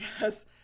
yes